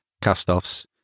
cast-offs